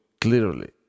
clearly